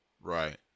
right